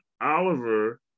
Oliver